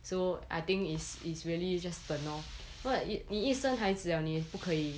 so I think it's it's really just 等 lor what if 你一生孩子 liao 你不可以